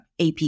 AP